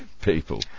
people